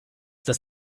dass